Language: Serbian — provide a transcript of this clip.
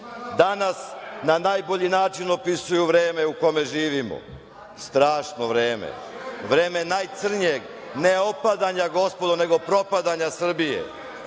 Danas na najbolji način opisuju vreme u kome živimo, strašno vreme, vreme najcrnjeg ne opadanja gospodo, nego propadanja Srbije,